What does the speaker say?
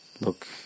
look